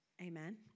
Amen